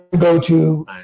go-to